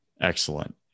Excellent